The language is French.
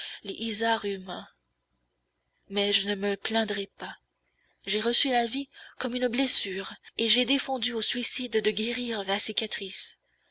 les isards humains mais je ne me plaindrai pas j'ai reçu la vie comme une blessure et j'ai défendu au suicide de guérir la cicatrice